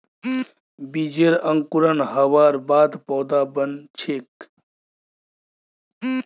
बीजेर अंकुरण हबार बाद पौधा बन छेक